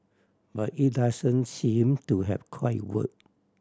but it doesn't seem to have quite work